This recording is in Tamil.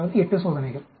அதாவது 8 சோதனைகள்